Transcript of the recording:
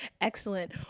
excellent